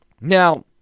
Now